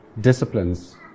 disciplines